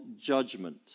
judgment